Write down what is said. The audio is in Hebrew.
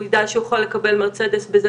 והוא יידע שהוא יכול לקבל מרצדס בזה